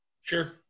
Sure